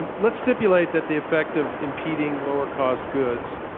and let's stipulate that the effect of impeding lower-cost goods,